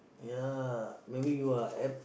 ya maybe you are at